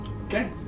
Okay